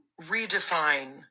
redefine